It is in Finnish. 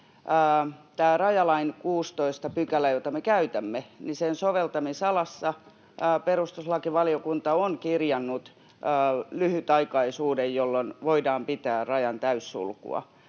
rajalain 16 §:n, jota me käytämme, soveltamisalassa perustuslakivaliokunta on kirjannut lyhytaikaisuuden, jolloin voidaan pitää rajan täyssulkua.